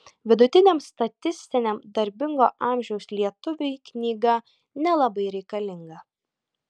vidutiniam statistiniam darbingo amžiaus lietuviui knyga nelabai reikalinga